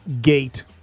gate